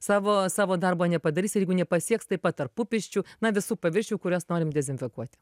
savo savo darbo nepadarys ir jeigu nepasieks taip pat tarpupirščių na visų paviršių kuriuos norim dezinfekuot